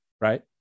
right